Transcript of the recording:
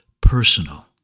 personal